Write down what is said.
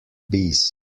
bees